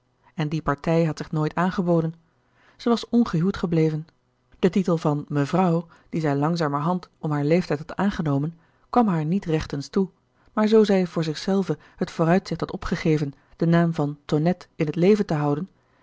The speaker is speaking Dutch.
en die partij had zich nooit aangeboden zij was ongehuwd gebleven de titel van mevrouw dien zij langzamerhand om haar leeftijd had aangenomen kwam haar niet rechtens toe maar zoo zij voor zich zelve het vooruitzicht had opgegeven den naam van tonnette in het leven te houden